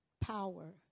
power